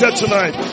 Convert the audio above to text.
tonight